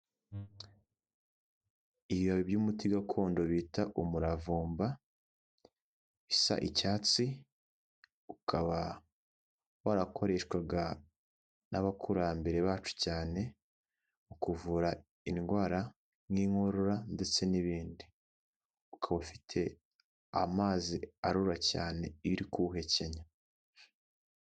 Ibibabi by'umuti gakondo bita umuravumba, bisa icyatsi, ukaba warakoreshwaga n'abakurambere bacu cyane mu kuvura indwara nk'inkorora ndetse n'ibindi. Ukaba ufite amazi arura cyane iyo uri kuwuhekenya.